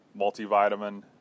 multivitamin